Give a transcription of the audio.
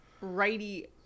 righty